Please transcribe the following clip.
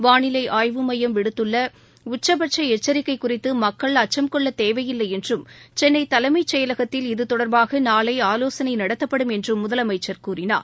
வாளிலை ஆய்வு மையம் விடுத்துள்ள உச்சபட்ச எச்சிக்கை குறித்து மக்கள் அச்சம் கொள்ள தேவையில்லை என்றும் சென்னை தலைமைச் செயலகத்தில் இது தொடர்பாக நாளை ஆலோசனை நடத்தப்படும் என்றும் முதலமைச்சர் கூறினார்